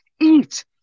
eat